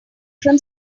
from